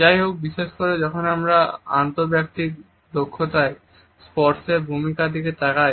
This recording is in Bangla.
যাইহোক বিশেষ করে যখন আমরা আন্তঃব্যক্তিক দক্ষতায় স্পর্শের ভূমিকার দিকে তাকাই